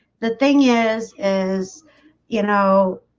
the thing is is you know